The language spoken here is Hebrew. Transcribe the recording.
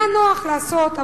היה נוח לעשות,